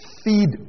feed